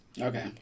Okay